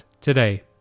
today